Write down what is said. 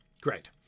Great